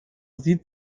sieht